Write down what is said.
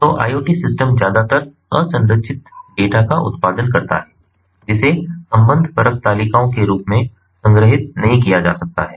तो IoT system ज्यादातर असंरचित डेटा का उत्पादन करता है जिसे संबंधपरक तालिकाओं के रूप में संग्रहीत नहीं किया जा सकता है